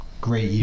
great